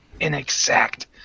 inexact